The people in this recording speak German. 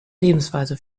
lebensweise